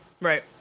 Right